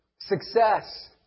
success